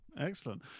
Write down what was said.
Excellent